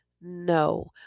no